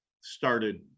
started